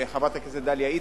ולחברת הכנסת דליה איציק,